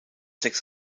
sechs